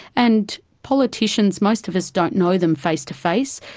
and politicians, most of us don't know them face-to-face.